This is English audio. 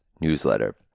newsletter